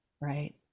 right